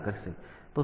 તો શું કરવામાં આવે છે